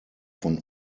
von